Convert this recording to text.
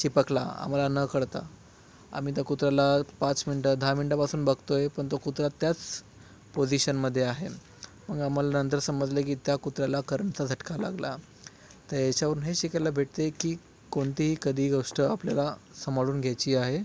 चिपकला आम्हाला न कळता आम्ही त्या कुत्र्याला पाच मिनटं दहा मिनटापासून बघतोय पण तो कुत्रा त्याच पोजिशनमध्ये आहे मग आम्हाला नंतर समजलं की त्या कुत्र्याला करंटचा झटका लागला तर ह्याच्यावरून हे शिकायला भेटते की कोणतेही कधी गोष्ट आपल्याला सांभाळून घ्यायची आहे